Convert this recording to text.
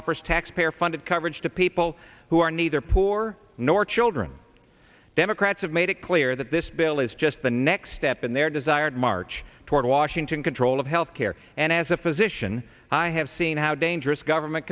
offers taxpayer funded coverage to people who are neither poor nor children democrats have made it clear that this bill is just the next step in their desired march toward washington control of health care and as a physician i have seen how dangerous government